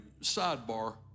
sidebar